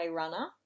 runner